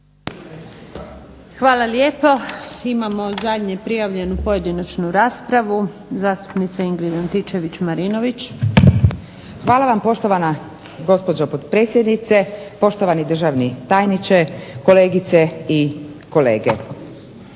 Hvala lijepo. Imamo zadnje prijavljenu pojedinačnu raspravu. Zastupnica Ingrid Antičević-Marinović. **Antičević Marinović, Ingrid (SDP)** Hvala vam, poštovana gospođo potpredsjednice. Poštovani državni tajniče, kolegice i kolege.